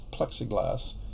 plexiglass